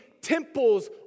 temples